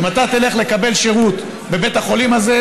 אם אתה תלך לקבל שירות בבית החולים הזה,